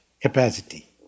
capacity